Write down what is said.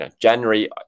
January